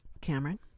Cameron